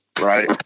right